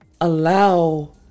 allow